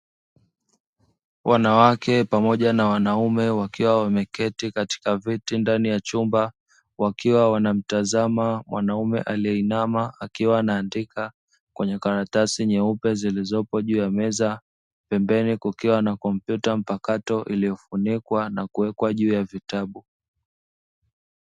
Wanawake pamoja na wanaume wakiwa wameketi katika viti ndani ya chumba, wakiwa wanamtazama mwanaume aliyeinama akiwa anaandika kwenye karatasi nyeupe zilizopo juu ya meza; pembeni kukiwa na kompyuta mpakato iliyofunikwa na kuwekwa juu ya vitabu.